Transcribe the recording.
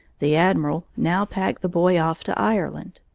the admiral now packed the boy off to ireland.